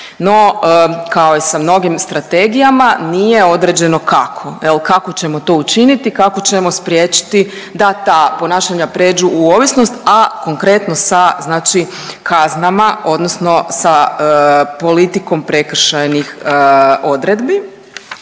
No, kao i sa mnogim strategijama nije određeno kako, jel kako ćemo to učiniti, kako ćemo spriječiti da ta ponašanja pređu u ovisnost, a konkretno sa znači kaznama odnosno sa politikom prekršajnih odredbi.